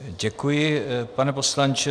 Děkuji, pane poslanče.